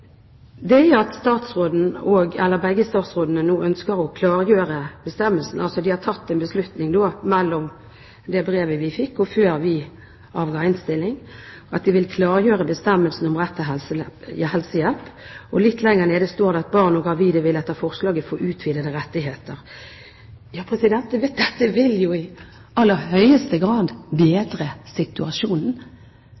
er at begge statsrådene nå ønsker å klargjøre bestemmelsen. De har altså tatt en beslutning i tiden mellom det brevet vi fikk og før vi avga innstilling, om at de vil klargjøre bestemmelsen om rett til helsehjelp. Og litt lenger nede står det at barn og gravide vil etter forslaget få utvidede rettigheter. Dette vil jo i aller høyeste grad